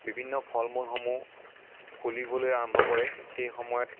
বিভিন্ন ফল মূলসমূহ ফুলিবলৈ আৰম্ভ কৰে সেই সময়ত